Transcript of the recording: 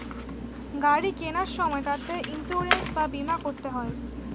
গাড়ি কেনার সময় তাতে ইন্সুরেন্স বা বীমা করতে হয়